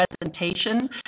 presentation